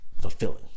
fulfilling